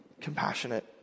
compassionate